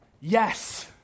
Yes